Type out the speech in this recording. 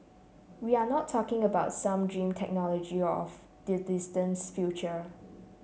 we are not talking about some dream technology of the distant future